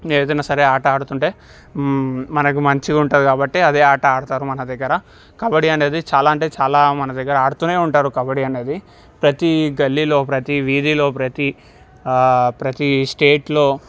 ఏదైనా సరే ఆట ఆడుతుంటే మనకు మంచిగుంటుంది కాబట్టి అది ఆ ఆట ఆడుతారు మన దగ్గర కాబట్టి కబడ్డీ అనేది చాలా అంటే చాలా మన దగ్గర ఆడుతూనే ఉంటారు కబడ్డీ అనేది ప్రతి గల్లీలో ప్రతి వీధిలో ప్రతి స్టేట్లో